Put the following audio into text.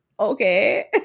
Okay